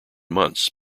months